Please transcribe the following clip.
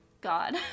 God